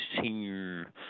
senior